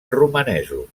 romanesos